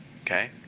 Okay